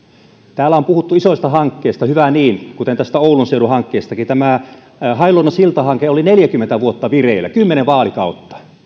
täällä on puhuttu isoista hankkeista hyvä niin kuten oulun seudun hankkeistakin hailuodon siltahanke oli neljäkymmentä vuotta vireillä kymmenen vaalikautta